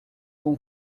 com